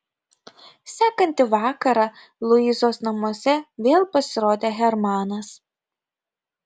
sekantį vakarą luizos namuose vėl pasirodė hermanas